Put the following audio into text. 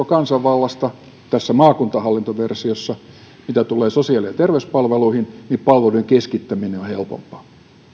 kansanvallasta tässä maakuntahallintoversiossa mitä tulee sosiaali ja terveyspalveluihin niin palveluiden keskittäminen on helpompaa